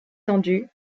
tendue